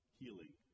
healing